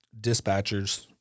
dispatchers